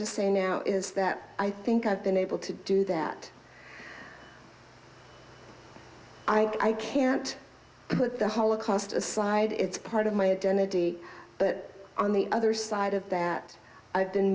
to say now is that i think i've been able to do that i can't put the holocaust aside it's part of my identity but on the other side of that i've been